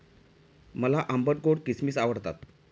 मला आंबट गोड किसमिस आवडतात